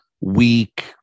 weak